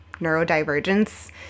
neurodivergence